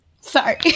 Sorry